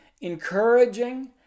encouraging